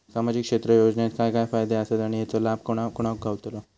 सामजिक क्षेत्र योजनेत काय काय फायदे आसत आणि हेचो लाभ कोणा कोणाक गावतलो?